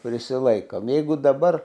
prisilaikom jeigu dabar